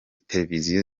tereviziyo